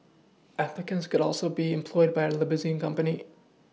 applicants could also be employed by a limousine company